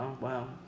wow